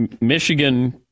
Michigan